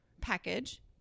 package